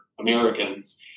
Americans